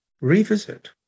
revisit